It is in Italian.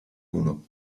uno